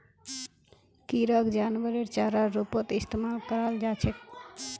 किराक जानवरेर चारार रूपत इस्तमाल कराल जा छेक